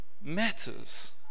matters